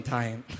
time